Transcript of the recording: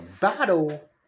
battle